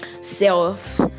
self